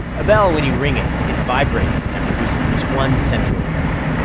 a bell, when you ring it, it vibrates and produces this one central note.